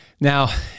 now